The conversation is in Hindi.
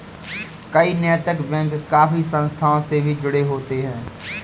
कई नैतिक बैंक काफी संस्थाओं से भी जुड़े होते हैं